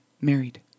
married